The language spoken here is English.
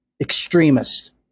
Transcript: extremists